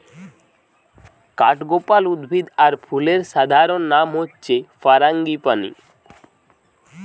কাঠগোলাপ উদ্ভিদ আর ফুলের সাধারণ নাম হচ্ছে ফারাঙ্গিপানি